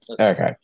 Okay